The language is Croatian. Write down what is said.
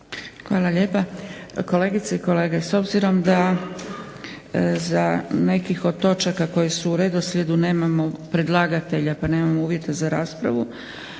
Hvala lijepa. Kolegice i kolege s obzirom da za nekih od točaka koje su u redoslijedu nemamo predlagatelja pa nemamo uvjete za raspravu